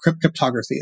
cryptography